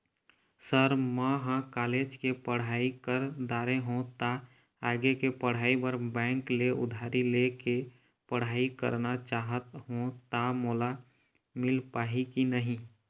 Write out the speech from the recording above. Sir म ह college के पढ़ाई कर दारें हों ता आगे के पढ़ाई बर बैंक ले उधारी ले के पढ़ाई करना चाहत हों ता मोला मील पाही की नहीं?